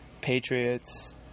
patriots